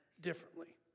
differently